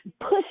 push